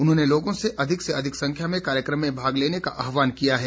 उन्होने लोगों से अधिक से अधिक संख्या में कार्यक्रम में भाग लेने का आह्वान किया है